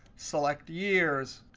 select years,